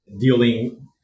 dealing